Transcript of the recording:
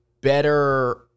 better